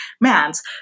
man's